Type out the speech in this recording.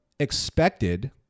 expected